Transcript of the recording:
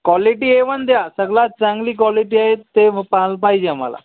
quality A one द्या सगळ्यात चांगली कॉलिटी आहे ते माल पाहिजे आम्हाला